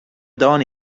done